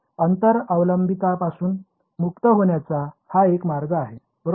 अंतर अवलंबितापासून मुक्त होण्याचा हा एक मार्ग आहे बरोबर